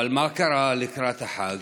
אבל מה קרה לקראת החג?